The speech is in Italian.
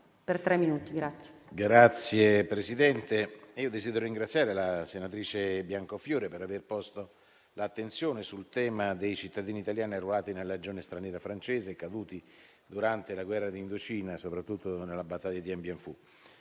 Signor Presidente, desidero ringraziare la senatrice Biancofiore per aver posto l'attenzione sul tema dei cittadini italiani arruolati nella Legione straniera francese e caduti durante la guerra d'Indocina, soprattutto nella battaglia di Dien